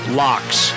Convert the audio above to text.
locks